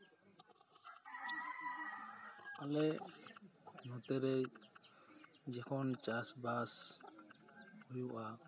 ᱟᱞᱮ ᱚᱱᱛᱮ ᱨᱮ ᱡᱚᱠᱷᱚᱱ ᱪᱟᱥᱼᱵᱟᱥ ᱦᱩᱭᱩᱜᱼᱟ